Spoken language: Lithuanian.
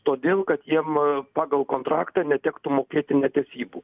todėl kad jiem pagal kontraktą netektų mokėti netesybų